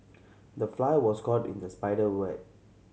the fly was caught in the spider web